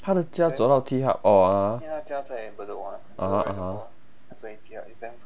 她的家走到 T hub or 她 (uh huh) (uh huh)